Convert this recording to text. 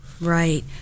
Right